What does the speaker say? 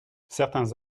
certains